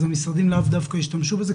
אז המשרדים לאו דווקא ישתמשו בזה,